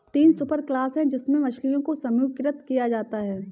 तीन सुपरक्लास है जिनमें मछलियों को समूहीकृत किया जाता है